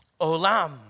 Olam